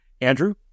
Andrew